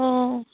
অঁ